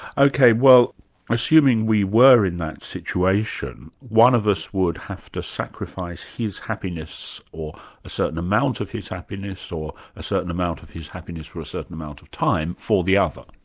ok, well assuming we were in that situation, one of us would have to sacrifice his happiness, or a certain amount of his happiness, or a certain amount of his happiness for a certain amount of time, for the other?